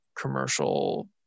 commercial